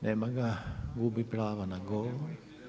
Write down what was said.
Nema ga, gubi pravo na govor.